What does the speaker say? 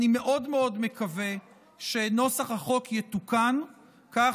אני מאוד מאוד מקווה שנוסח החוק יתוקן כך